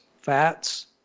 fats